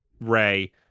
Ray